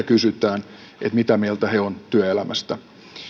kysytään mitä mieltä he ovat työelämästä